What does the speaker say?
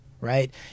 right